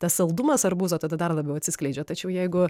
tas saldumas arbūzo tada dar labiau atsiskleidžia tačiau jeigu